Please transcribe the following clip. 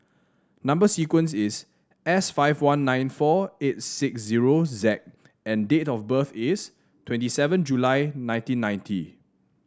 number sequence is S five one nine four eight six zero Z and date of birth is twenty seven July nineteen ninety